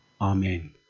Amen